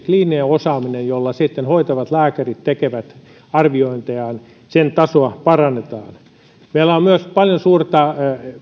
kliinisen osaamisen jolla hoitavat lääkärit tekevät arviointejaan tasoa parannetaan meillä on myös paljon suurta